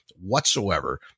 whatsoever